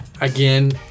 again